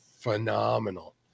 phenomenal